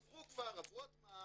עברו כבר, עברו הטמעה.